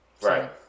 Right